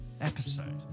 episode